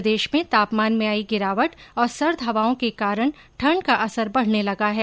प्रदेश में तापमान में आई गिरावट और सर्द हवाओं के कारण ठण्ड का असर बढने लगा है